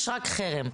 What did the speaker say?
יש רק חרם.